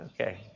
Okay